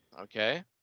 okay